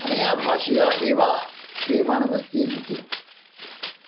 अनया भाषया एव क्रियमाणम् अस्ति इति